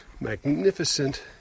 magnificent